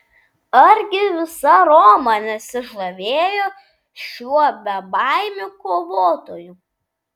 argi visa roma nesižavėjo šiuo bebaimiu kovotoju